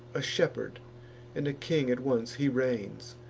a shepherd and a king at once he reigns,